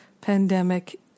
pandemic